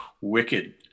wicked